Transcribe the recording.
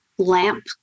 lamp